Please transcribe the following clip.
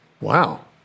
Wow